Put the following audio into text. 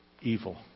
Evil